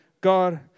God